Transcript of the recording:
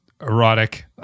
erotic